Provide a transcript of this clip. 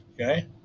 Okay